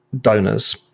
donors